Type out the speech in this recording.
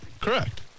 Correct